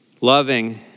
Loving